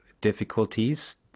difficulties